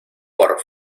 por